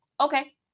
Okay